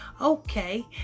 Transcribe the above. Okay